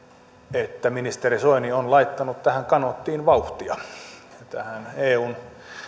että ministeri soini on laittanut kanoottiin vauhtia eun